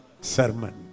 sermon